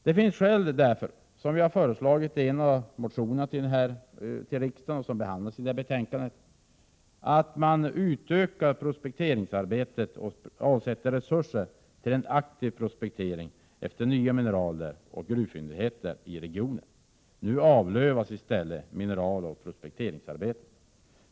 Det finns därför skäl att, som vi föreslagit i en motion till riksdagen som behandlas i detta betänkande, utöka prospekteringsarbetet och avsätta resurser till en aktiv prospektering efter nya mineraler och gruvfyndigheter i regionen. Nu avlövas i stället mineraloch prospekteringsarbetet.